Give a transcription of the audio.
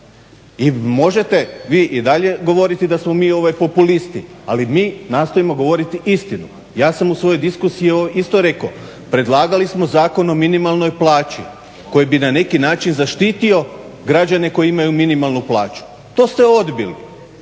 I možete vi i dalje govoriti da smo mi populisti, ali mi nastojimo govoriti istinu. Ja sam u svojoj diskusiji isto rekao, predlagali smo zakon o minimalnoj plaći koji bi na neki način zaštitio građane koji imaju minimalnu plaću. To ste odbili.